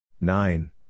Nine